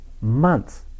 months